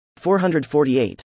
448